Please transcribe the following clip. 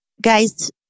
guys